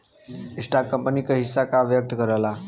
stock company क हिस्सा का व्यक्त करला